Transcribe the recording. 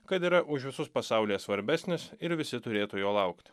kad yra už visus pasaulyje svarbesnis ir visi turėtų jo laukti